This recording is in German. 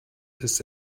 ist